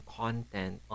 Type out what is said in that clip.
content